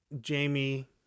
Jamie